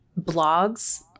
blogs